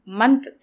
month